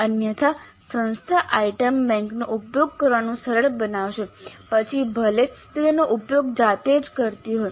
અન્યથા સંસ્થા આઇટમ બેંકનો ઉપયોગ કરવાનું સરળ બનાવશે પછી ભલે તે તેનો ઉપયોગ જાતે જ કરતી હોય